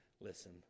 listen